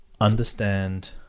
understand